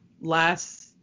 last